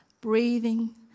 breathing